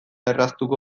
erraztuko